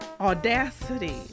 Audacity